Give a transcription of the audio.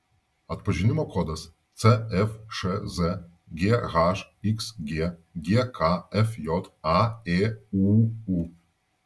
atpažinimo kodas cfšz ghxg gkfj aėūu